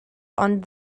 ond